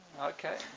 okay